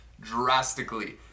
drastically